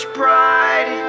pride